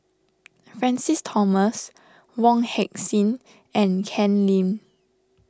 Francis Thomas Wong Heck Sing and Ken Lim